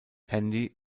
handy